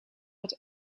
het